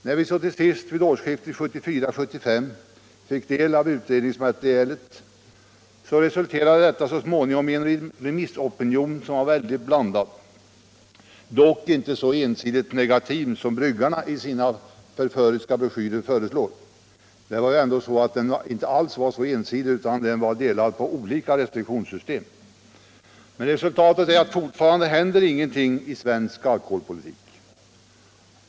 När vi så till sist vid årsskiftet 1974-75 fick del av utredningsmaterialet resulterade detta så småningom i en remissopinion som var mycket blandad, dock inte så ensidigt negativ som bryggarna angav i sina förföriska broschyrer. Den var ju inte alls så ensidig utan var delad på olika restriktionssystem. Men ännu händer ingenting inom svensk alkoholpolitik.